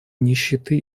нищеты